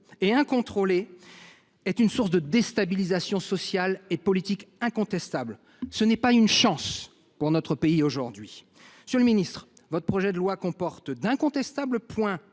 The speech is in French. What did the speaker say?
et incontrôlée est une source de déstabilisation sociale et politique incontestable. Elle ne constitue pas une chance pour notre pays aujourd’hui. Monsieur le ministre, votre projet de loi comporte d’incontestables points